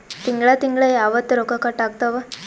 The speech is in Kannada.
ತಿಂಗಳ ತಿಂಗ್ಳ ಯಾವತ್ತ ರೊಕ್ಕ ಕಟ್ ಆಗ್ತಾವ?